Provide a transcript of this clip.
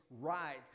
right